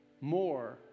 more